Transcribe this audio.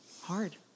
hard